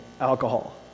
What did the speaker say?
alcohol